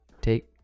Take